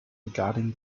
regarding